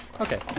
Okay